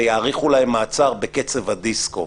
ויאריכו להם מעצר בקצב הדיסקו.